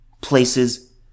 places